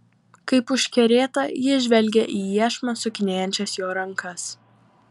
kaip užkerėta ji žvelgė į iešmą sukinėjančias jo rankas